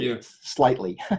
slightly